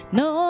no